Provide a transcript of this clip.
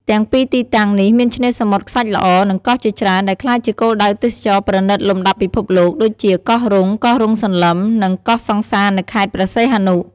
ទាំងពីរទីតាំងនេះមានឆ្នេរសមុទ្រខ្សាច់ស្អាត និងកោះជាច្រើន ដែលក្លាយជាគោលដៅទេសចរណ៍ប្រណិតលំដាប់ពិភពលោក ដូចជា កោះរ៉ុង កោះរ៉ុងសន្លឹម និង កោះសង្សារនៅខេត្តព្រះសីហនុ។